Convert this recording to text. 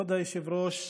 כבוד היושב-ראש,